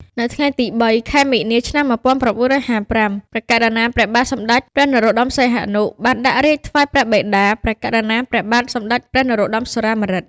នៅថ្ងៃទី៣ ខែមីនា ឆ្នាំ១៩៥៥ ព្រះករុណា ព្រះបាទសម្ដេចព្រះនរោត្តម សីហនុ បានដាក់រាជ្យថ្វាយព្រះបិតា ព្រះករុណា ព្រះបាទសម្ដេចព្រះនរោត្តម សុរាម្រិត។